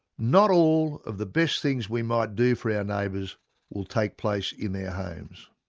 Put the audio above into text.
not all of the best things we might do for our neighbours will take place in their homes.